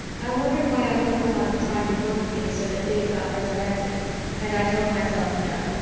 i wondered why i'd never thought of trying to work things so that dave got resurrected and i told myself no,